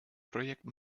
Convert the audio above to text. projekten